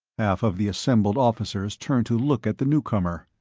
half of the assembled officers turned to look at the newcomer.